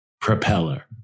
Propeller